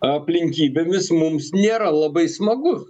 aplinkybėmis mums nėra labai smagu